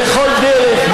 בכל דרך,